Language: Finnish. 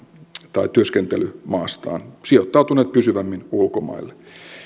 tai työskentelymaastaan sijoittautuneet pysyvämmin ulkomaille